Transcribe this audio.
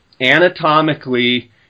Anatomically